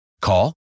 Call